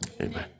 Amen